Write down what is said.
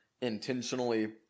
intentionally